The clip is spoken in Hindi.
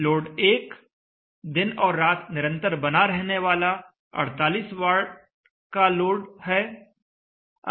लोड 1 दिन और रात निरंतर बना रहने वाला 48 वाट का लोड है